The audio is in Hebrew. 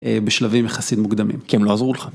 אה בשלבים יחסית מוקדמים כי הם לא עזרו לך.